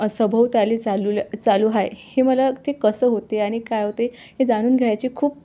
सभोवताली चाललं चालू आहे हे मला ते कसं होते आणि काय होते हे जाणून घ्यायची खूप